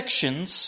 sections